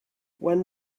one